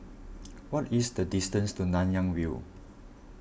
what is the distance to Nanyang View